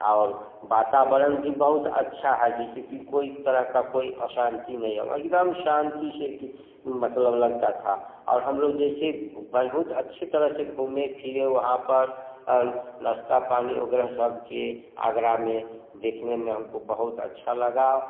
और वातावरण भी बहुत अच्छा है जैसे कि कोई तरह का कोई अशांति नहीं है एकदम शांति से मतलब लगता था और हम लोग जैसे बहुत अच्छी तरह से घूमें फिरे वहाँ पर और नास्ता पानी वगैरह हम सब किए आगरा में देखने में हम को बहुत अच्छा लगा